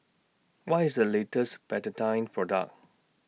What IS The latest Betadine Product